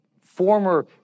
former